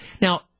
Now